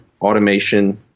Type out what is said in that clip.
automation